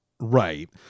right